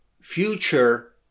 future